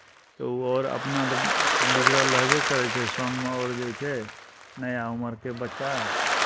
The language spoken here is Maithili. तऽ ओ आओर अपना तऽ बिगड़ल रहबे करै छै सङ्गमे आओर जे छै नया उमरके बच्चा